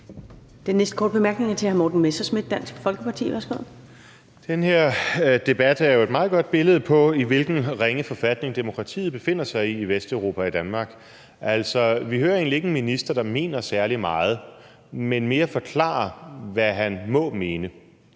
Den næste korte bemærkning er til hr. Morten Messerschmidt, Dansk Folkeparti. Værsgo. Kl. 13:14 Morten Messerschmidt (DF): Den her debat er jo et meget godt billede på, i hvilken ringe forfatning demokratiet befinder sig i Vesteuropa og i Danmark. Vi hører egentlig ikke en minister, der mener særlig meget, men mere forklarer, hvad han må mene.